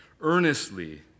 earnestly